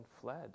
fled